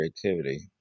creativity